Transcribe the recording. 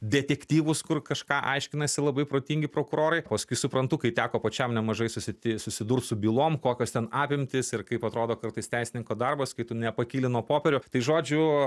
detektyvus kur kažką aiškinasi labai protingi prokurorai paskui suprantu kai teko pačiam nemažai susiti susidurt su bylom kokios ten apimtys ir kaip atrodo kartais teisininko darbas kai tu nepakyli nuo popierių tai žodžiu